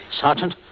Sergeant